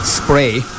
spray